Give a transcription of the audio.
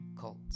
cults